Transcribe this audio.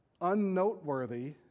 unnoteworthy